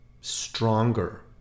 stronger